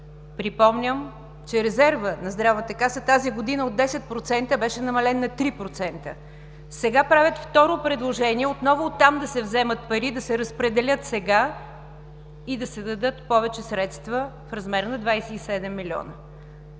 Припомням, че резервът на Здравната каса тази година от 10% беше намален на 3%. Сега правят второ предложение – отново оттам да се вземат пари, да се разпределят сега и да се дадат повече средства в размер на 27 милиона.